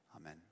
Amen